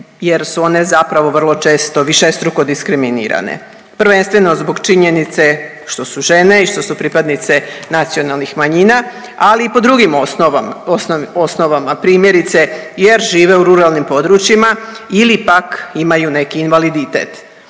jer su one zapravo vrlo često višestruko diskriminirane, prvenstveno zbog činjenice što su žene i što su pripadnice nacionalnih manjina, ali i po drugim osnovama, primjerice jer žive u ruralnim područjima ili pak imaju neki invaliditet.